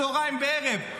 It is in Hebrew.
צוהריים וערב.